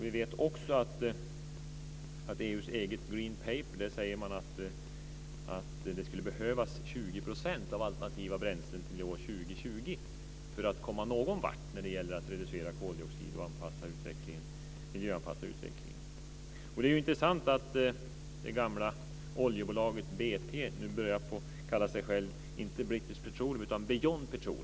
Vi vet också att i EU:s eget green paper säger man att det skulle behövas 20 % av alternativa bränslen till år 2020 för att komma någon vart när det gäller att reducera koldioxid och miljöanpassa utvecklingen. Det är intressant att det gamla oljebolaget BP nu börjar kalla sig själv, inte British Petroleum, utan Beyond Petroleum.